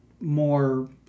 more